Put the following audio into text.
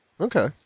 Okay